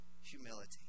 humility